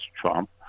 Trump